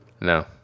No